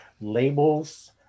labels